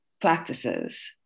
practices